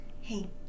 hey